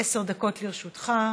עשר דקות לרשותך.